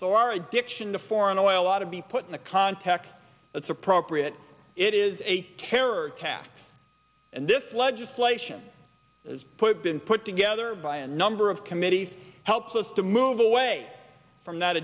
so our addiction to foreign oil law to be put in a context that's appropriate it is a terror attack and this legislation is put been put together by a number of committees helps us to move away from that